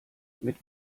mit